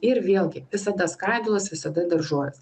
ir vėlgi visada skaidulos visada daržovės